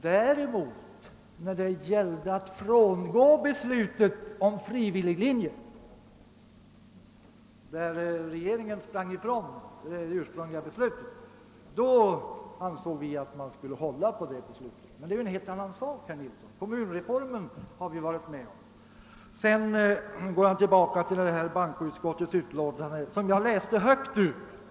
När regeringen sprang ifrån det ursprungliga beslutet om frivilliglinjen ansåg vi däremot att man skulle hålla på detta, men det är en helt annan sak. Kommunreformen har vi varit med om. Herr Nilsson går också tillbaka till den reservation i bankoutskottet som jag läste högt ur.